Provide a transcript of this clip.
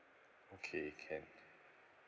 okay can